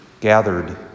gathered